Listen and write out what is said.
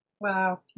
Wow